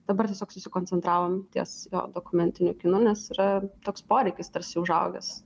dabar tiesiog susikoncentravom ties dokumentiniu kinu nes yra toks poreikis tarsi užaugęs